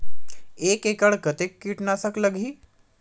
एक एकड़ कतेक किट नाशक लगही?